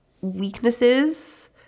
weaknesses